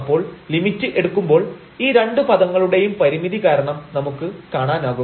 അപ്പോൾ ലിമിറ്റ് എടുക്കുമ്പോൾ ഈ രണ്ടു പദങ്ങളുടെയും പരിമിതി കാരണം നമുക്ക് കാണാനാകും